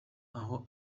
aho